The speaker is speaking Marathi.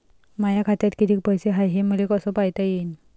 माया खात्यात कितीक पैसे हाय, हे मले कस पायता येईन?